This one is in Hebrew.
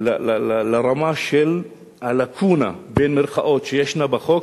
לרמה של ה"לקונה" שישנה בחוק,